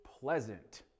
pleasant